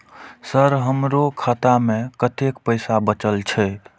Sir हमरो खाता में कतेक पैसा बचल छे?